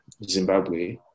Zimbabwe